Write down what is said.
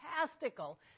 fantastical